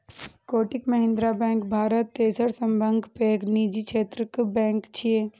Kotak Mahindra bank Bharat तेसर सबसं पैघ निजी क्षेत्रक बैंक छियै